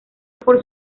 por